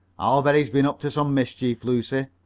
i'll bet he's been up to some mischief, lucy,